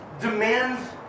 demands